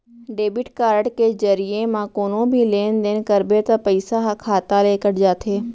debit card के जरिये म कोनो भी लेन देन करबे त पइसा ह खाता ले कट जाथे